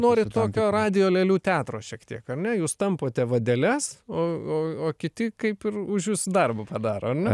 norit tokio radijo lėlių teatro šiek tiek ar ne jūs tampote vadeles o o o kiti kaip ir už jus darbą padaro ar ne